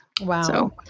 Wow